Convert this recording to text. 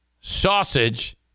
sausage